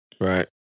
Right